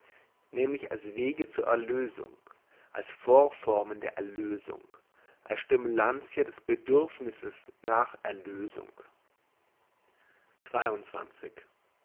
nämlich als wege zur erlösung als vorformen der erlösung als stimulantia des bedürfnisses nach erlösung